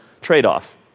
trade-off